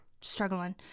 struggling